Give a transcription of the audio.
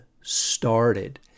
started